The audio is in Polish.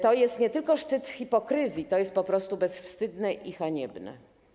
To jest nie tylko szczyt hipokryzji, to jest po prostu bezwstydne i haniebne.